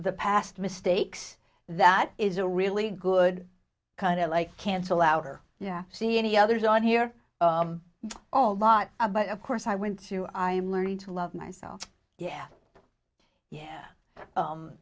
past mistakes that is a really good kind of like cancel out or yeah see any others on here oh a lot of course i went to i'm learning to love myself yeah yeah